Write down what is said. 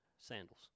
sandals